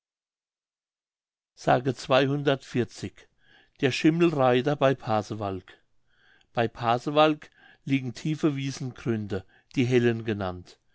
s der schimmelreiter bei pasewalk bei pasewalk liegen tiefe wiesengründe die hellen genannt